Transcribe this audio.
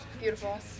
Beautiful